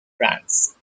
france